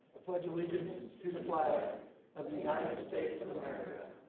ah pledge allegiance to the flag of the united states of america,